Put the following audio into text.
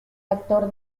actor